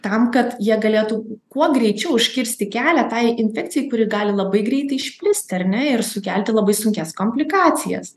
tam kad jie galėtų kuo greičiau užkirsti kelią tai infekcijai kuri gali labai greitai išplisti ar ne ir sukelti labai sunkias komplikacijas